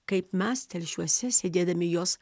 kaip mes telšiuose sėdėdami jos